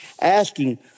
asking